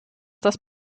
das